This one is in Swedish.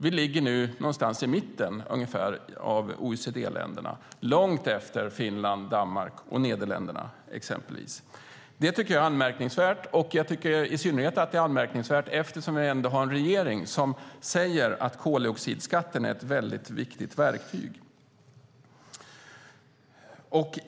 Vi ligger nu någonstans i mitten av OECD-länderna, långt efter Finland, Danmark och Nederländerna. Det tycker jag är anmärkningsvärt, i synnerhet eftersom vi ändå har en regering som säger att koldioxidskatten är ett väldigt viktigt verktyg.